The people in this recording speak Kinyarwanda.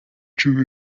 cumi